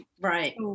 Right